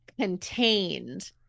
contained